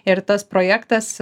ir tas projektas